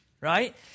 right